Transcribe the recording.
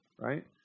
right